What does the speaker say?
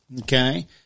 okay